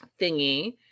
thingy